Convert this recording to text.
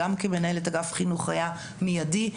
גם כמנהלת אגף חינוך היה מיידי.